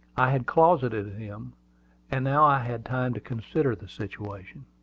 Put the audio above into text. i had closeted him and now i had time to consider the situation.